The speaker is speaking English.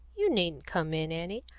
you needn't come in, annie.